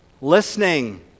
Listening